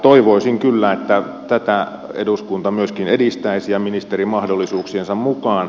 toivoisin kyllä että tätä eduskunta myöskin edistäisi ja ministeri mahdollisuuksiensa mukaan